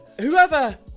Whoever